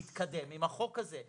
להתקדם עם החוק הזה.